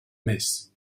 mes